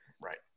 Right